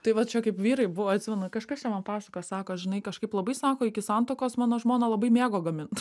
tai va čia kaip vyrai buvo atsimenu kažkas čia man pasakojo sako žinai kažkaip labai sako iki santuokos mano žmona labai mėgo gamint